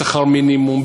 בשכר מינימום,